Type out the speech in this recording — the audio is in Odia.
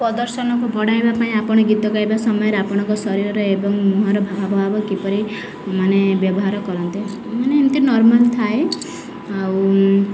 ପ୍ରଦର୍ଶନକୁ ବଢ଼ଇବା ପାଇଁ ଆପଣ ଗୀତ ଗାଇବା ସମୟରେ ଆପଣଙ୍କ ଶରୀରର ଏବଂ ମୁହଁର ଭାବଭାବ କିପରି ମାନେ ବ୍ୟବହାର କରନ୍ତେ ମାନେ ଏମିତି ନର୍ମାଲ୍ ଥାଏ ଆଉ